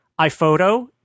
iPhoto